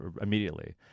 immediately